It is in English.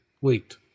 wait